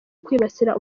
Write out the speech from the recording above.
kwibasira